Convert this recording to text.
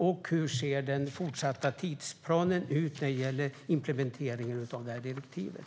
Jag undrar även hur den fortsatta tidsplanen ser ut när det gäller implementeringen av direktivet.